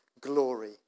glory